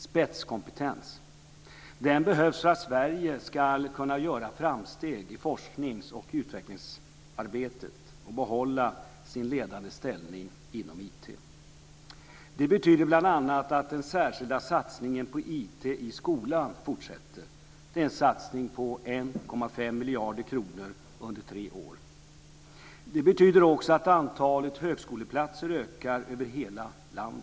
Spetskompetens behövs för att Sverige ska kunna göra framsteg i forsknings och utvecklingsarbetet och behålla sin ledande ställning inom IT. Detta betyder bl.a. att den särskilda satsningen på IT i skolan fortsätter. Det är en satsning på 1,5 miljarder kronor under tre år. Det betyder också att antalet högskoleplatser ökar över hela landet.